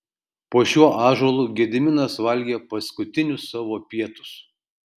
po šiuo ąžuolu gediminas valgė paskutinius savo pietus